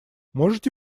можете